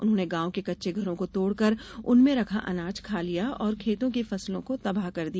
उन्होंने गाँव के कच्चे घरों को तोड़कर उनमें रखा अनाज खा लिया और खेतों की फसलों को तबाह कर दिया